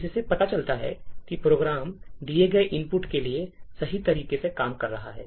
इससे पता चलता है कि प्रोग्राम दिए गए इनपुट के लिए सही तरीके से काम कर रहा है